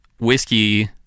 whiskey